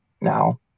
now